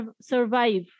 survive